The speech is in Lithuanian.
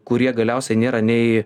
kurie galiausiai nėra nei